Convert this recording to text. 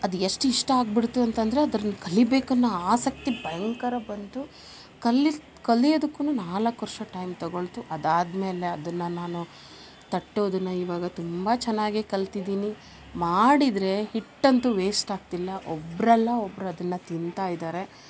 ಅದು ಎಷ್ಟು ಇಷ್ಟ ಆಗ್ಬಿಡ್ತು ಅಂತಂದರೆ ಅದನ್ನ ಕಲಿಯಬೇಕು ಅನ್ನೊ ಆಸಕ್ತಿ ಭಯಂಕರ ಬಂತು ಕಲಿ ಕಲಿಯೋದಕ್ಕೂನು ನಾಲ್ಕು ವರ್ಷ ಟೈಮ್ ತಗೊಳ್ತು ಅದಾದ್ಮೇಲೆ ಅದನ್ನ ನಾನು ತಟ್ಟೋದನ್ನ ಇವಾಗ ತುಂಬ ಚೆನ್ನಾಗೇ ಕಲ್ತಿದ್ದೀನಿ ಮಾಡಿದರೆ ಹಿಟ್ಟು ಅಂತೂ ವೇಸ್ಟ್ ಆಗ್ತಿಲ್ಲ ಒಬ್ಬರಲ್ಲ ಒಬ್ರ ಅದನ್ನ ತಿಂತಾ ಇದ್ದಾರೆ